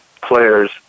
players